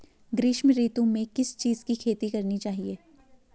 ग्रीष्म ऋतु में किस चीज़ की खेती करनी चाहिये?